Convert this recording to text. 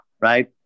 right